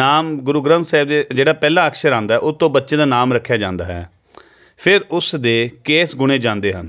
ਨਾਮ ਗੁਰੂ ਗ੍ਰੰਥ ਸਾਹਿਬ 'ਚ ਜਿਹੜਾ ਪਹਿਲਾ ਅਕਸ਼ਰ ਆਉਂਦਾ ਉਹ ਤੋਂ ਬੱਚੇ ਦਾ ਨਾਮ ਰੱਖਿਆ ਜਾਂਦਾ ਹੈ ਫਿਰ ਉਸ ਦੇ ਕੇਸ ਗੁਣੇ ਜਾਂਦੇ ਹਨ